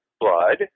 blood